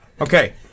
Okay